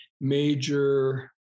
major